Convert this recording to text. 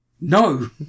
No